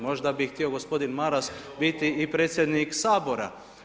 Možda bi htio gospodin Maras biti i predsjednik Sabora.